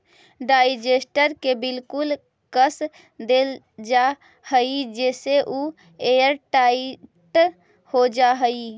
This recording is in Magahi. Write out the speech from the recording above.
डाइजेस्टर के बिल्कुल कस देल जा हई जेसे उ एयरटाइट हो जा हई